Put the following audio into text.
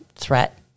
threat